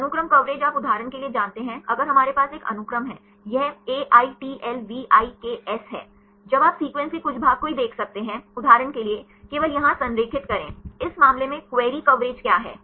अनुक्रम कवरेज आप उदाहरण के लिए जानते हैं अगर हमारे पास एक अनुक्रम है यह AITLVIKS है अब आप सिक्वेंस के कुछ भाग को ही देख सकते हैं उदाहरण के लिए केवल यहाँ संरेखित करें इस मामले में क्वेरी कवरेज क्या है